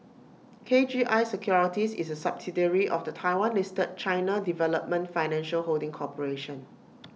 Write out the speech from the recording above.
K G I securities is A subsidiary of the Taiwan listed China development financial holding corporation